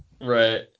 Right